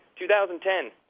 2010